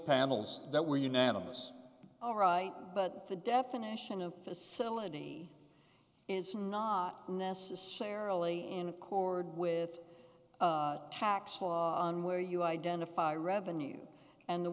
panels that were unanimous all right but the definition of facility is not necessarily in accord with tax on where you identify revenues and the